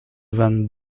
vingt